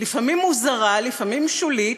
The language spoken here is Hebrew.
לפעמים מוזרה, לפעמים שולית,